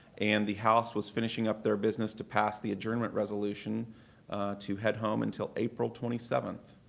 and the house was finishing up their business to pass the adjournment resolution to head home until april twenty seventh.